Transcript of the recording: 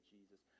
Jesus